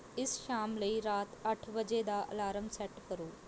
ਇਸ ਸ਼ਾਮ ਲਈ ਰਾਤ ਅੱਠ ਵਜੇ ਦਾ ਅਲਾਰਮ ਸੈੱਟ ਕਰੋ